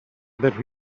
that